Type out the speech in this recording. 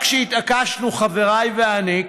רק כשהתעקשנו חבריי ואני,